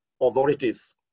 authorities